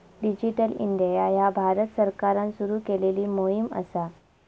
digital India ह्या भारत सरकारान सुरू केलेली मोहीम असा